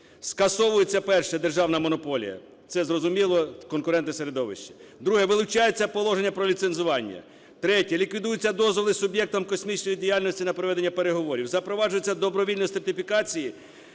Скасовується, перше, державна монополія. Це зрозуміло – конкурентне середовище. Друге. Вилучається положення про ліцензування. Третє. Ліквідуються дозволи суб’єктам космічної діяльності на проведення переговорів. Запроваджується добровільність сертифікації.